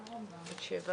הישיבה